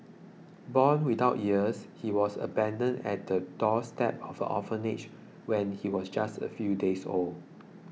born without ears he was abandoned at the doorstep of an orphanage when he was just a few days old